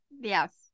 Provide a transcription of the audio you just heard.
Yes